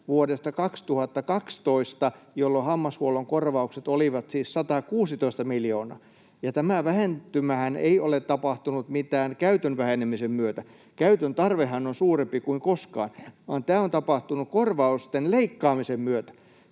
vuodesta 2012, jolloin hammashuollon korvaukset olivat siis 116 miljoonaa. Ja tämä vähentymähän ei ole tapahtunut mitenkään käytön vähenemisen myötä — käytön tarvehan on suurempi kuin koskaan — vaan tämä on tapahtunut korvausten leikkaamisen myötä.